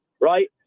right